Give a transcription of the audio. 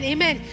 Amen